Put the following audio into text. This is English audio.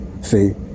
See